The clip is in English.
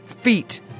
feet